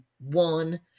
one